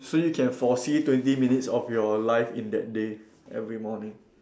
so you can foresee twenty minutes of your life in that day every morning